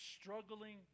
struggling